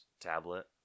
tablet